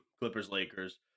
Clippers-Lakers